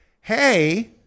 hey